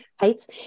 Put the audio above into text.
heights